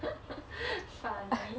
funny